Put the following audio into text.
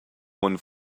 one